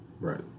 right